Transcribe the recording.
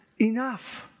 enough